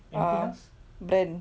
uh brand